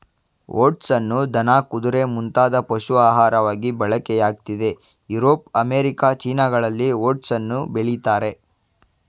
ಓಟ್ಸನ್ನು ದನ ಕುದುರೆ ಮುಂತಾದ ಪಶು ಆಹಾರವಾಗಿ ಬಳಕೆಯಾಗ್ತಿದೆ ಯುರೋಪ್ ಅಮೇರಿಕ ಚೀನಾಗಳಲ್ಲಿ ಓಟ್ಸನ್ನು ಬೆಳಿತಾರೆ